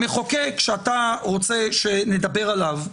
המחוקק שאתה רוצה שנדבר עליו,